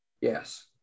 Yes